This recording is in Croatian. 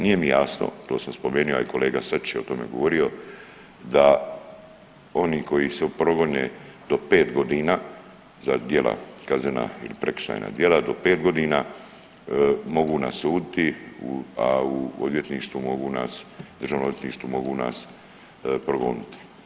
Nije mi jasno to sam spomenuo a i kolega Sačić je o tome govorio da oni koji se progone do pet godina za djela kaznena ili prekršajna djela do pet godina mogu naslutiti, a u odvjetništvu mogu nas, Državnom odvjetništvu mogu nas progoniti.